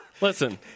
Listen